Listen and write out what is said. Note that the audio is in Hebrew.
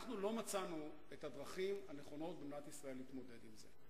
אנחנו לא מצאנו את הדרכים הנכונות במדינת ישראל להתמודד עם זה.